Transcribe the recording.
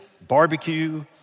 barbecue